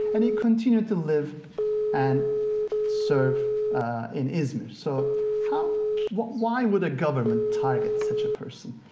and he continued to live and serve in izmir, so how why would a government target such a person?